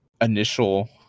initial